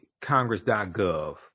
congress.gov